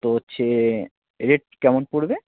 তো হচ্ছে রেট কেমন পড়বে